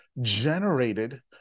generated